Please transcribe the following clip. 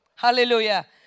Hallelujah